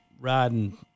riding